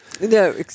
No